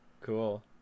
Cool